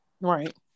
Right